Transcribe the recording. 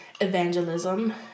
evangelism